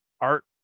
art